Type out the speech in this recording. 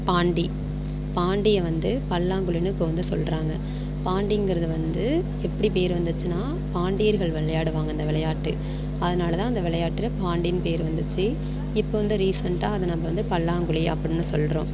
பாண்டி பாண்டியை வந்து பல்லாங்குழினு இப்போ வந்து சொல்கிறாங்க பாண்டிங்கிறது வந்து எப்படி பேர் வந்துச்சுன்னா பாண்டியர்கள் விளையாடுவாங்க இந்த விளையாட்டு அதனால தான் அந்த விளையாட்டுல பாண்டின்னு பேர் வந்துச்சு இப்போ வந்து ரீசண்ட்டாக அதை நம்ம வந்து பல்லாங்குழி அப்புடினு சொல்கிறோம்